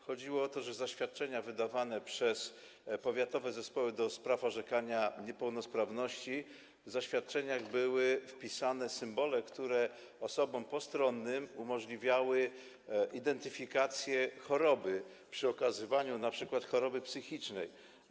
Chodziło o to, że w zaświadczeniach wydawanych przez powiatowe zespoły ds. orzekania niepełnosprawności były wpisane symbole, które osobom postronnym umożliwiały identyfikację choroby przy ich okazywaniu, np. choroby psychicznej.